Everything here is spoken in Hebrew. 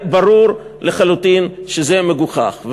הרי ברור לחלוטין שזה מגוחך.